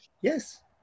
Yes